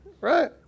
Right